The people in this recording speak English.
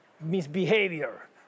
misbehavior